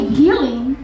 healing